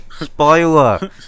Spoiler